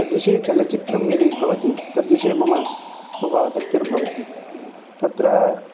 तद्विषये चलच्चित्रं यदि भवति तद्विषये मम बहु आसक्तिर्भवति तत्र